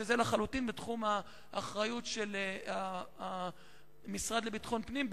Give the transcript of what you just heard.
שזה לחלוטין בתחום האחריות של המשרד לביטחון פנים,